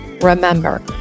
Remember